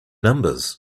numbers